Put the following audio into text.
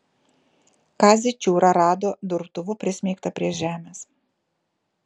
kazį čiūrą rado durtuvu prismeigtą prie žemės